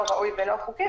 לא ראוי ולא חוקי,